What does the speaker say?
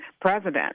president